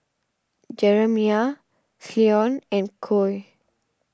Jeremiah Cleone and Coy